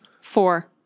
Four